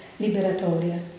liberatoria